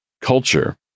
culture